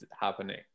happening